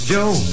Joe